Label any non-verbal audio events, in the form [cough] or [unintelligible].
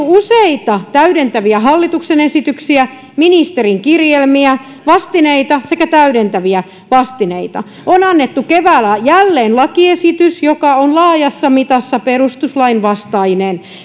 [unintelligible] useita täydentäviä hallituksen esityksiä ministerin kirjelmiä vastineita sekä täydentäviä vastineita on annettu keväällä jälleen lakiesitys joka on laajassa mitassa perustuslain vastainen